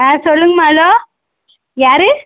ஆ சொல்லுங்க மேடம் யார்